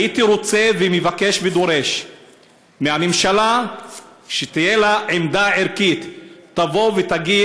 הייתי רוצה ומבקש ודורש מהממשלה שתהיה לה עמדה ערכית שתתנגד